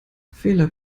fehler